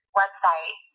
website